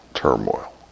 turmoil